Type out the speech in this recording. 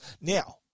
Now